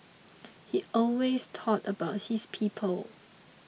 he always thought about his people